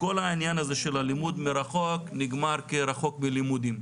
כל העניין הזה של הלימוד מרחוק נגמר כרחוק בלימודים.